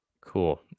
cool